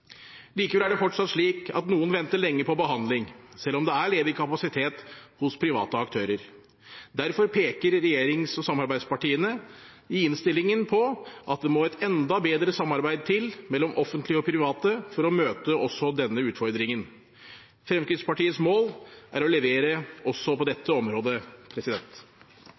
Likevel er det fortsatt slik at noen venter lenge på behandling, selv om det er ledig kapasitet hos private aktører. Derfor peker regjerings- og samarbeidspartiene i innstillingen på at det må et enda bedre samarbeid til mellom offentlige og private for å møte også denne utfordringen. Fremskrittspartiets mål er å levere også på dette området.